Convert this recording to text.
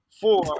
Four